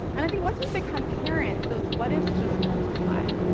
and i think, once we became parents, those what ifs just multiply.